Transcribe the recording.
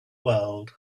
world